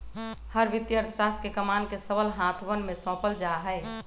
हर वित्तीय अर्थशास्त्र के कमान के सबल हाथवन में सौंपल जा हई